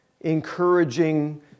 encouraging